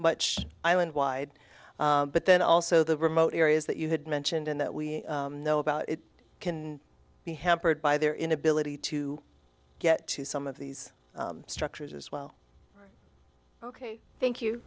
much island wide but then also the remote areas that you had mentioned and that we know about it can be hampered by their inability to get to some of these structures as well ok thank you